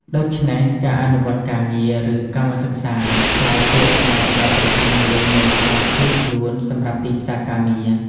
ដូច្នេះ ការអនុវត្តន៍ការងារ ឬកម្មសិក្សា ក្លាយជាផ្នែកដ៏សំខាន់មួយនៃការត្រៀមខ្លួនសម្រាប់ទីផ្សារការងារ។